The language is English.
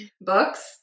books